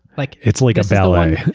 like it's like a ballet.